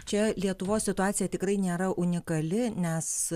čia lietuvos situacija tikrai nėra unikali nes